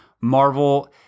Marvel